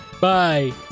Bye